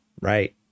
Right